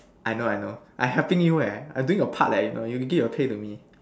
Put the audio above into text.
I know I know I helping you eh I doing your part leh you know you give your pay to me